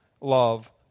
love